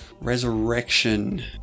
Resurrection